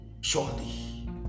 surely